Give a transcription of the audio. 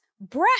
breath